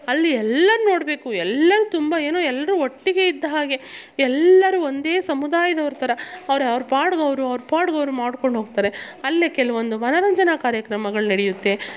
ಅಲ್ಲಿ ಎಲ್ಲ ನೋಡಬೇಕು ಎಲ್ಲರು ತುಂಬ ಏನು ಎಲ್ಲರು ಒಟ್ಟಿಗೆ ಇದ್ದ ಹಾಗೆ ಎಲ್ಲರು ಒಂದೇ ಸಮುದಾಯದವ್ರ ಥರ ಅವ್ರು ಅವ್ರ ಪಾಡ್ಗೆ ಅವರು ಅವ್ರ ಪಾಡ್ಗೆ ಅವರು ಮಾಡ್ಕೊಂಡು ಹೋಗ್ತಾರೆ ಅಲ್ಲಿ ಕೆಲವೊಂದು ಮನರಂಜನಾ ಕಾರ್ಯಕ್ರಮಗಳು ನಡೆಯುತ್ತೆ